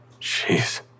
jeez